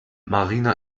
marina